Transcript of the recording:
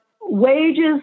wages